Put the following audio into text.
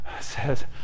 says